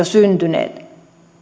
syntyneet